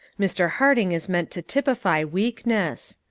mr. harding is meant to typify weakness.